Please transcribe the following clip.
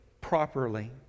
properly